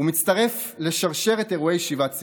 הוא מצטרף לשרשרת אירועי שיבת ציון.